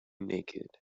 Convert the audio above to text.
naked